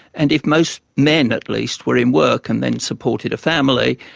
and if most men, at least, were in work and then supported a family,